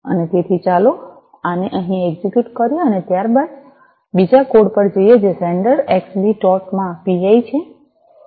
અને તેથી ચાલો આને અહીં એક્ઝિક્યુટ કરીએ અને ત્યાર બાદ બીજા કોડ પર જઈએ જે સેન્ડર xb ડોટ pi છે